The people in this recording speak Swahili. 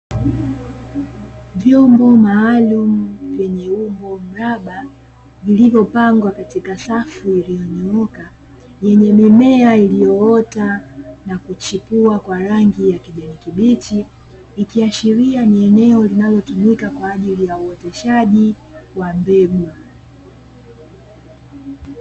Vyombo maalum vyenye umbo mraba vilivyopangwa katika safu iliyonyooka yenye mimea iliyoota na kuchipua kwa rangi ya kijani kibichi, ikiashiria ni eneo linalotumika kwa ajili ya uwezeshaji wa mbegu.